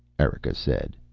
erika said.